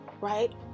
right